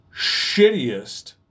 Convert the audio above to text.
shittiest